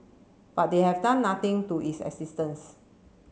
but they have done nothing to its existence